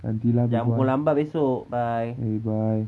jangan bangun lambat besok bye